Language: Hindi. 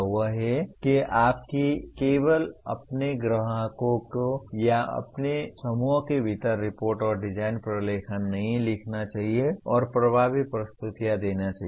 वह यह है कि आपको केवल अपने ग्राहकों को या अपने समूह के भीतर रिपोर्ट और डिजाइन प्रलेखन नहीं लिखना चाहिए और प्रभावी प्रस्तुतियां देनी चाहिए